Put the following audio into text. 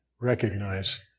recognize